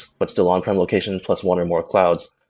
but still on-prem location, plus one or more clouds.